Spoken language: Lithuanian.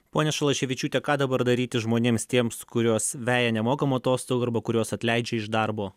ponia šalaševičiūte ką dabar daryti žmonėms tiems kuriuos veja nemokamų atostogų arba kuriuos atleidžia iš darbo